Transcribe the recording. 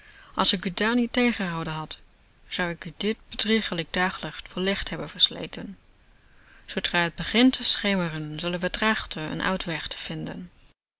als ik u daar niet tegengehouden had zou u dit bedriegelijk daglicht voor licht hebben versleten zoodra t begint te schemeren zullen we trachten n uitweg te vinden